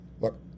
Look